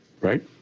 right